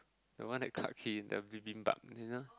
the one that cut queue in the bibimpap you know